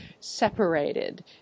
separated